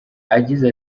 agize